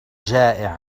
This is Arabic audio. جائع